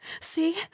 see